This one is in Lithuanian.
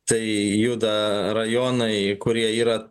tai juda rajonai kurie yra